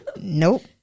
Nope